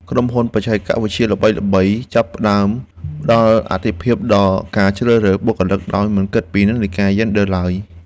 ក្រុមហ៊ុនបច្ចេកវិទ្យាល្បីៗចាប់ផ្តើមផ្តល់អាទិភាពដល់ការជ្រើសរើសបុគ្គលិកដោយមិនគិតពីនិន្នាការយេនឌ័រឡើយ។